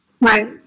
Right